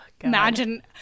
imagine